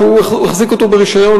שהוא החזיק ברישיון,